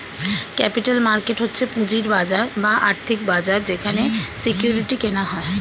capital market হচ্ছে পুঁজির বাজার বা আর্থিক বাজার যেখানে সিকিউরিটি কেনা হয়